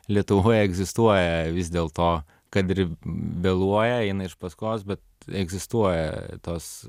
lietuvoj egzistuoja vis dėl to kad ir vėluoja eina iš paskos bet egzistuoja tos